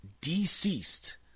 Deceased